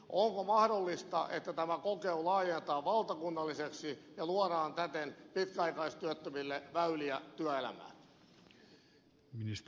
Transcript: onko mahdollista että tämä kokeilu laajennetaan valtakunnalliseksi ja luodaan täten pitkäaikaistyöttömille väyliä työelämään